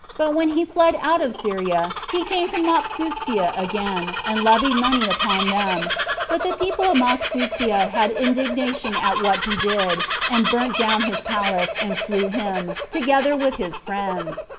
but when he fled out of syria, he came to mopsuestia again, and levied money upon them but the people of mopsuestia had indignation at what he did, and burnt down his palace, and slew him, together with his friends.